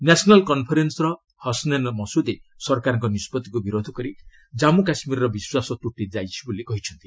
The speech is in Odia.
ନ୍ୟାସନାଲ୍ କନ୍ଫରେନ୍ବର ହସନେନ୍ ମସ୍ତ୍ଦି ସରକାରଙ୍କ ନିଷ୍ପଭିକୁ ବିରୋଧ କରି ଜାମ୍ମୁ କାଶ୍ମୀରର ବିଶ୍ୱାସ ତ୍ରୁଟି ଯାଇଛି ବୋଲି କହିଛନ୍ତି